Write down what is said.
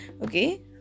okay